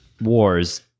Wars